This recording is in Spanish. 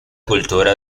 cultura